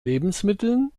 lebensmitteln